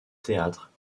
théâtre